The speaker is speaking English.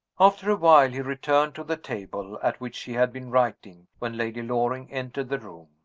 after a while, he returned to the table at which he had been writing when lady loring entered the room.